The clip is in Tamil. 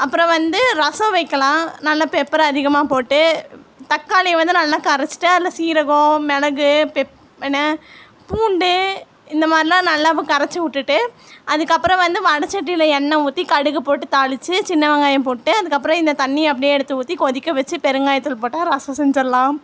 அப்புறம் வந்து ரசம் வைக்கலாம் நல்லா பெப்பர் அதிகமாக போட்டு தக்காளியை வந்து நல்லா கரைச்சிட்டு அதில் சீரகம் மிளகு பெப் என பூண்டு இந்த மாதிரிலாம் நல்லா கரைச்சுவுட்டுட்டு அதுக்கப்புறம் வந்து வடச்சட்டியில் எண்ணெய் ஊற்றி கடுகு போட்டு தாளித்து சின்ன வெங்காயம் போட்டு அதுக்கப்புறம் இந்த தண்ணி அப்படியே எடுத்து ஊற்றி கொதிக்க வெச்சு பெருங்காயத்தூள் போட்டா ரசம் செஞ்சிடலாம்